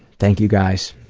thank you, guys.